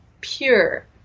pure